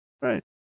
Right